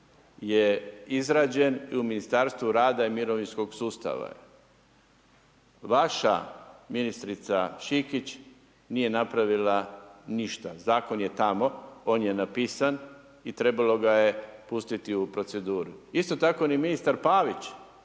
je izrađen u Ministarstvu rada i mirovinskog sustava. Vaša ministrica Šikić nije napravila ništa. Zakon je tamo on je napisan i trebalo ga je pustiti u proceduru. Isto tako ni ministar Pavić